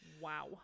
Wow